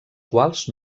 quals